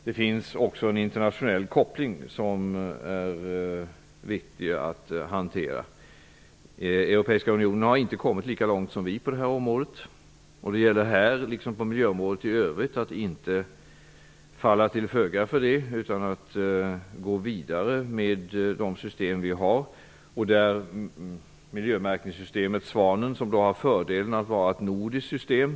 Det finns också en internationell koppling som är viktig att hantera. Europeiska unionen har inte kommit lika långt som vi. Det gäller här liksom på miljöområdet i övrigt att inte falla till föga, utan det gäller att gå vidare med de system som vi har. Miljömärkningssystemet Svanen har då fördelen att vara ett nordiskt system.